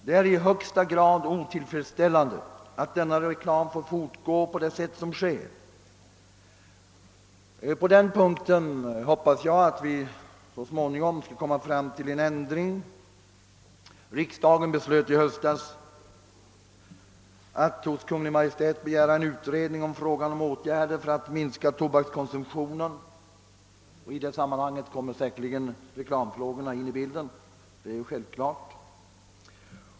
Det är i högsta grad otillfredsställande att denna reklam får bedrivas på det sätt som sker. På den punkten hoppas jag att vi så småningom skall komma fram till en ändring. Riksdagen beslöt i höstas att hos Kungl. Maj:t begära en utredning av frågan om åtgärder för att minska tobakskonsumtionen. I det sammanhanget kommer säkerligen reklamfrågorna med i bilden. Det är självklart.